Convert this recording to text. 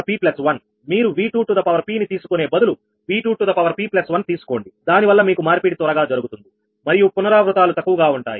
మీరు 𝑉2𝑝 ని తీసుకునే బదులు 𝑉2𝑝1 తీసుకోండి దానివల్ల మీకు మార్పిడి త్వరగా జరుగుతుంది మరియు పునరావృతాలు తక్కువగా ఉంటాయి